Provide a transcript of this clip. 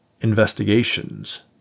investigations